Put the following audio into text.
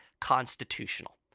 constitutional